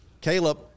Caleb